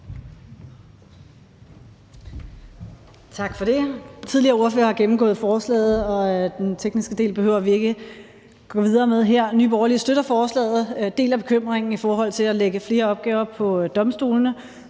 Tak for det.